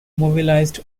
mobilised